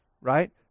right